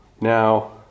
Now